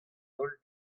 holl